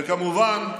וכמובן,